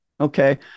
Okay